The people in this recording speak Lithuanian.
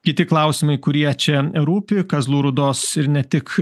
kiti klausimai kurie čia rūpi kazlų rūdos ir ne tik